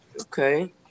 Okay